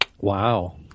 Wow